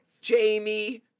Jamie